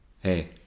Hey